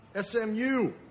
SMU